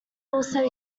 also